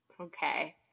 Okay